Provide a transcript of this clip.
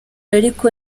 ariko